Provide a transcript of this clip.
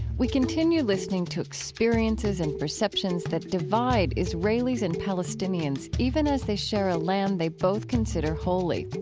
we continue listening to experiences and perceptions that divide israelis and palestinians even as they share a land they both consider holy.